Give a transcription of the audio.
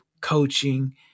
coaching